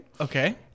Okay